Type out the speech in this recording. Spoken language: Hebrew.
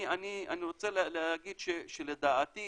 אני רוצה להגיד שלדעתי